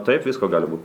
taip visko galbūt